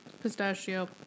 pistachio